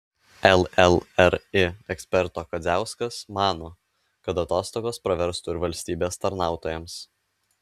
llri eksperto kadziauskas mano kad atostogos praverstų ir valstybės tarnautojams